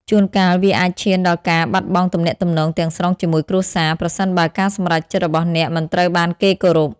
ជួនកាល វាអាចឈានដល់ការបាត់បង់ទំនាក់ទំនងទាំងស្រុងជាមួយគ្រួសារ ប្រសិនបើការសម្រេចចិត្តរបស់អ្នកមិនត្រូវបានគេគោរព។